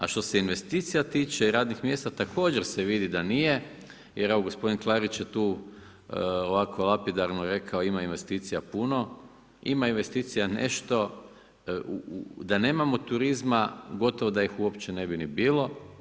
A što se investicija tiče i radnih mjesta, također se vidi da nije jer evo gospodin Klarić jer tu ovako lapidarno rekao ima investicija puno, ima investicija nešto, da nemamo turizma gotovo da ih uopće ne bi ni bilo.